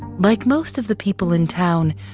like most of the people in town,